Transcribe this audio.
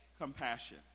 compassion